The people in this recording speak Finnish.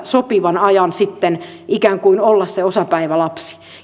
sopivan ajan sitten ikään kuin olla se osapäivälapsi